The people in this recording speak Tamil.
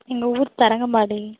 எங்கள் ஊர் தரங்கம்பாடி